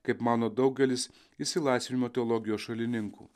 kaip mano daugelis išsilaisvinimo teologijos šalininkų